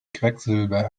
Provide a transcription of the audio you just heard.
quecksilber